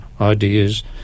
ideas